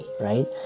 Right